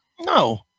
No